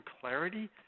clarity